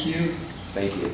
you thank you